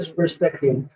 perspective